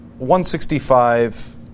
165